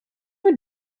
ever